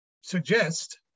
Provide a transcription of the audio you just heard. suggest